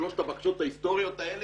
שלוש הבקשות ההיסטוריות האלה,